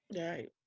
Right